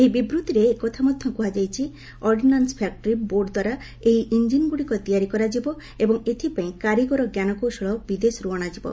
ଏହି ବିବୃତ୍ତିରେ ଏକଥା ମଧ୍ୟ କୃହାଯାଇଛି ଅର୍ଡିନାନ୍ ଫ୍ୟାକ୍ତି ବୋର୍ଡ ଦ୍ୱାରା ଏହି ଇଞ୍ଜିନ୍ଗୁଡ଼ିକ ତିଆରି କରାଯିବ ଏବଂ ଏଥିପାଇଁ କାରିଗରି ଜ୍ଞାନକୌଶଳ ବିଦେଶର୍ ଅଣାଯିବ